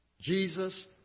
Jesus